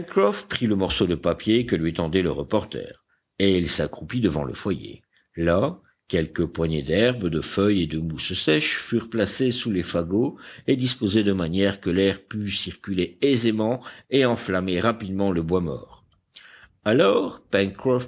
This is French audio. prit le morceau de papier que lui tendait le reporter et il s'accroupit devant le foyer là quelques poignées d'herbes de feuilles et de mousses sèches furent placées sous les fagots et disposées de manière que l'air pût circuler aisément et enflammer rapidement le bois mort alors